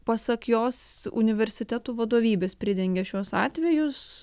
pasak jos universitetų vadovybės pridengia šiuos atvejus